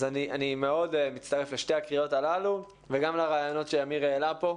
אז אני מאוד מצטרף לשתי הקריאות הללו וגם לרעיונות שאמיר העלה פה.